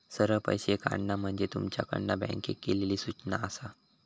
सरळ पैशे काढणा म्हणजे तुमच्याकडना बँकेक केलली सूचना आसा